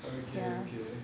okay okay